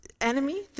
enemy